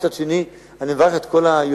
מצד שני, אני מברך את כל היוזמים